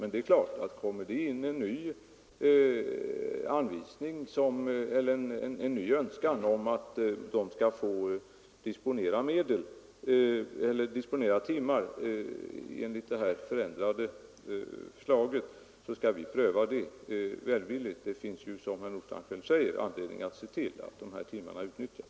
Men det är klart att om det kommer en ny önskan att man skall få disponera timmar enligt det förändrade förslaget, så skall vi pröva den välvilligt. Det finns ju, som herr Nordstrandh själv säger, anledning att se till att de här timmarna utnyttjas.